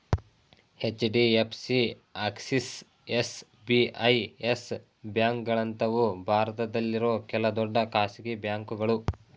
HDFC, Axis, SBI, Yes ಬ್ಯಾಂಕ್ಗಳಂತವು ಭಾರತದಲ್ಲಿರೋ ಕೆಲ ದೊಡ್ಡ ಖಾಸಗಿ ಬ್ಯಾಂಕುಗಳು